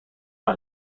got